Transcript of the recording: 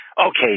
okay